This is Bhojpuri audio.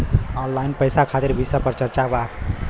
ऑनलाइन पैसा खातिर विषय पर चर्चा वा?